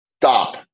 stop